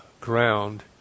ground